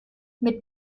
mit